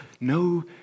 no